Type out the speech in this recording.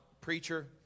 preacher